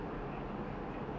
then after that people be like